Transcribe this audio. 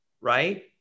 right